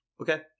Okay